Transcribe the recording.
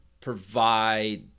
provide